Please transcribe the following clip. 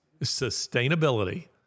sustainability